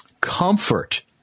comfort